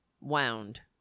wound